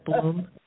Bloom